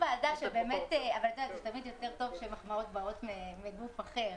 תמיד יותר טוב כשמחמאות מגיעות מגוף אחר.